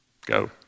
go